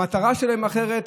המטרה שלהם אחרת,